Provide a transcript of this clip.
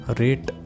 rate